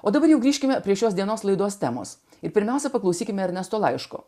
o dabar jau grįžkime prie šios dienos laidos temos ir pirmiausia paklausykime ernesto laiško